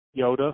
Yoda